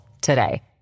today